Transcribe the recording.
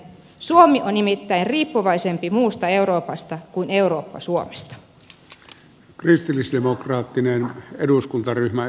suomi on nimittäin riippuvaisempi muusta euroopasta kuin eurooppa suomesta